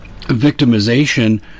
victimization